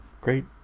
Great